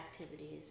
activities